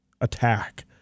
attack